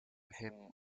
him